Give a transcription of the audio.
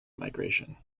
migration